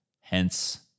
Hence